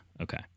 okay